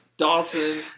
Dawson